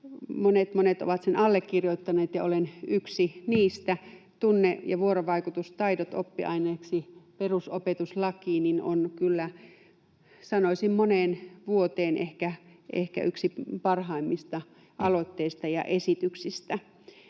Monet ovat sen allekirjoittaneet, ja olen yksi heistä. Tunne‑ ja vuorovaikutustaidot oppiaineeksi perusopetuslakiin on kyllä, sanoisin, moneen vuoteen ehkä yksi parhaimmista aloitteista ja esityksistä.